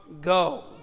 Go